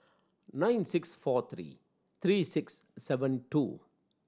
nine six four three three six seven two